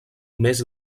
més